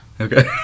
Okay